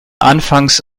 anfangs